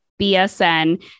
BSN